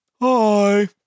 Hi